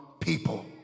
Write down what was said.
people